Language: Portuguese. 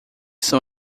são